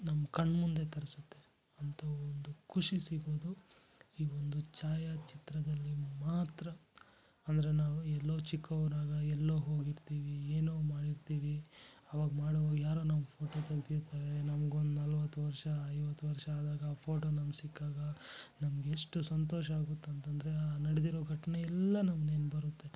ನಮ್ಮ ಕಣ್ಮುಂದೆ ತರಿಸುತ್ತೆ ಅಂಥ ಒಂದು ಖುಷಿ ಸಿಗೋದು ಈ ಒಂದು ಛಾಯಾಚಿತ್ರದಲ್ಲಿ ಮಾತ್ರ ಅಂದರೆ ನಾವು ಎಲ್ಲೋ ಚಿಕ್ಕವ್ರಾಗ ಎಲ್ಲೋ ಹೋಗಿರ್ತೀವಿ ಏನೋ ಮಾಡಿರ್ತೀವಿ ಅವಾಗ ಮಾಡೋವಾಗ ಯಾರೋ ನಮ್ಮ ಫೋಟೋ ತೆಗೆದಿರ್ತಾರೆ ನಮ್ಗೊಂದು ನಲವತ್ತು ವರ್ಷ ಐವತ್ತು ವರ್ಷ ಆದಾಗ ಆ ಫೋಟೋ ನಮ್ಗೆ ಸಿಕ್ಕಾಗ ನಮ್ಗೆ ಎಷ್ಟು ಸಂತೋಷ ಆಗುತ್ತಂತಂದರೆ ಆ ನಡೆದಿರೋ ಘಟನೆ ಎಲ್ಲ ನಮ್ಗೆ ನೆನ್ಪು ಬರುತ್ತೆ